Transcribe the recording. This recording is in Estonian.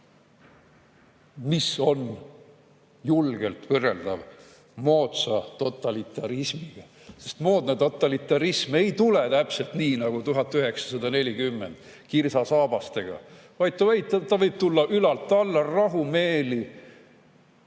mis on julgelt võrreldav moodsa totalitarismiga. Sest moodne totalitarism ei tule täpselt nii nagu 1940, kirsasaabastega, vaid ta võib tulla ülalt alla, rahumeeli,